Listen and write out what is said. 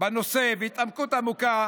בנושא והתעמקות עמוקה